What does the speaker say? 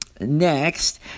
Next